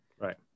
right